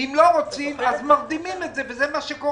ואם לא רוצים, מרדימים את זה, וזה מה שקורה.